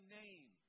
name